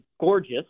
gorgeous